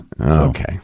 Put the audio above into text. okay